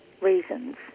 reasons